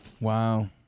Wow